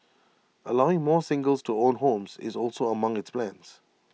allowing more singles to own homes is also among its plans